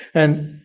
and,